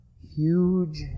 huge